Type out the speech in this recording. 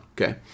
okay